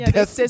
Death